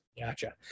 gotcha